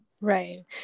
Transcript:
right